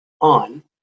on